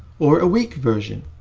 or a weak version,